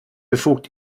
befugt